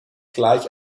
gleich